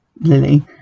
Lily